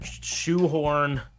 shoehorn